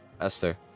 Esther